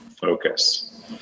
Focus